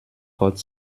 gott